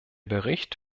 bericht